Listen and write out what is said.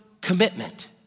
commitment